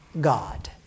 God